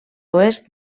oest